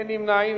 אין נמנעים.